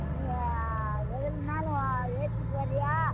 நீ ஏழு நாளும் ஏற்றிட்டு வரீயா